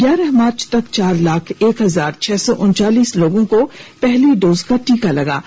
ग्यारह मार्च तक चार लाख एक हजार छह सौ उनचालीस लोगों को पहली डोज का टीका लग चुका है